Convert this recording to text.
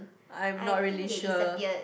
I'm not really sure